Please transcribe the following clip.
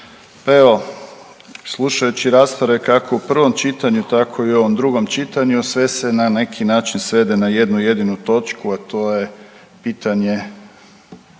Evo slušajući rasprave kako u prvom čitanju, tako i u ovom drugom čitanju sve se na neki način svede na jednu jedinu točku, a to je pitanje